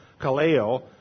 kaleo